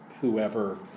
whoever